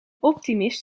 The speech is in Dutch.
optimist